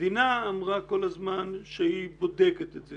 המדינה אמרה כל הזמן שהיא בודקת את זה